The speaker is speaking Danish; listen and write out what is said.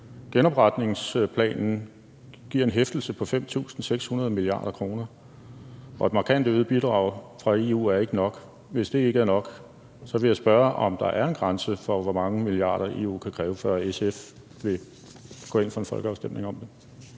Genopretningsplanen giver en hæftelse på 5.600 mia. kr., og et markant øget bidrag fra EU er ikke nok. Hvis det ikke er nok, vil jeg spørge, om der er en grænse for, hvor mange milliarder EU kan kræve, før SF vil gå ind for en folkeafstemning om det.